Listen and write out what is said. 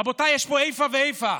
רבותיי, יש פה איפה ואיפה.